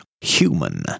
Human